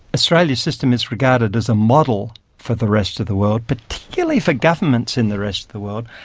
australia's system is regarded as a model for the rest of the world, particularly for governments in the rest of the world,